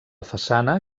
façana